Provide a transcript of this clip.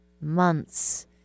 months